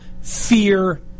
fear